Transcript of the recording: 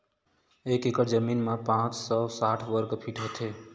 एक एकड़ जमीन मा पांच सौ साठ वर्ग फीट होथे